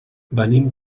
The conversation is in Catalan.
venim